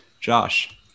Josh